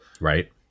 right